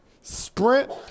sprint